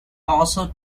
also